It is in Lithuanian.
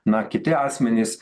na kiti asmenys